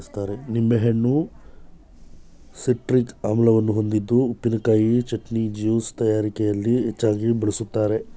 ನಿಂಬೆಹಣ್ಣು ಸಿಟ್ರಿಕ್ ಆಮ್ಲವನ್ನು ಹೊಂದಿದ್ದು ಉಪ್ಪಿನಕಾಯಿ, ಚಟ್ನಿ, ಜ್ಯೂಸ್ ತಯಾರಿಕೆಯಲ್ಲಿ ಹೆಚ್ಚಾಗಿ ಬಳ್ಸತ್ತರೆ